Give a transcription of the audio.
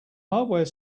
hardware